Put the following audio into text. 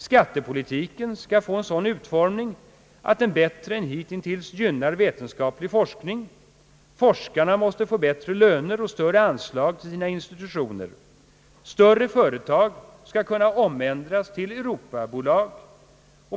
Skattepolitiken skall få en sådan utformning att den bättre än hittills gynnar vetenskaplig forskning. Forskarna måste få bättre löner och större anslag till sina institutioner. Större företag skall kunna omändras till »Europabolag».